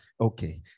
Okay